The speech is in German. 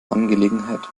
angelegenheit